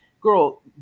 girl